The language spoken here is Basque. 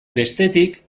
bestetik